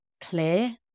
clear